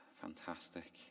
Fantastic